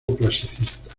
clasicista